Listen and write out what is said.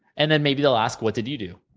and then, maybe they'll ask what did you do,